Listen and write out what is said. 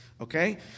Okay